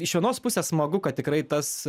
iš vienos pusės smagu kad tikrai tas